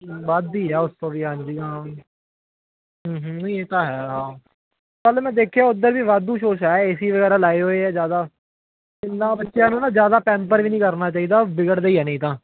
ਵੱਧ ਹੀ ਹੈ ਉਸ ਤੋਂ ਵੀ ਹਾਂਜੀ ਹਾਂ ਹੂੰ ਹੂੰ ਨਹੀਂ ਇਹ ਤਾਂ ਹੈ ਹਾਂ ਚੱਲ ਮੈਂ ਦੇਖਿਆ ਉੱਦਾਂ ਵੀ ਵਾਧੂ ਸ਼ੋਸ਼ਾ ਏ ਸੀ ਵਗੈਰਾ ਲਗਾਏ ਹੋਏ ਹੈ ਜ਼ਿਆਦਾ ਇਨ੍ਹਾਂ ਬੱਚਿਆਂ ਨੂੰ ਨਾ ਜ਼ਿਆਦਾ ਪੈਂਪਰ ਵੀ ਨਹੀਂ ਕਰਨਾ ਚਾਹੀਦਾ ਵਿਗੜਦੇ ਹੀ ਹੈ ਨਹੀਂ ਤਾਂ